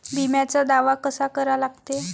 बिम्याचा दावा कसा करा लागते?